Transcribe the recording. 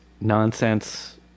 nonsense